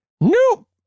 Nope